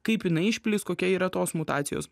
kaip jinai išplis kokia yra tos mutacijos